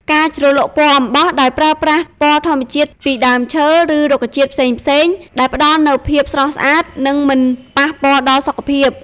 ការជ្រលក់ពណ៌អំបោះ ដោយប្រើប្រាស់ពណ៌ធម្មជាតិពីដើមឈើ ឬរុក្ខជាតិផ្សេងៗ ដែលផ្តល់នូវពណ៌ស្រស់ស្អាត និងមិនប៉ះពាល់ដល់សុខភាព។